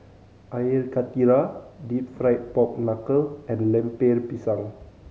Air Karthira Deep Fried Pork Knuckle and Lemper Pisang